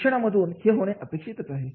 शिक्षणा मधून हे होणे अपेक्षित आहे